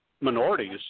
minorities –